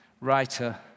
writer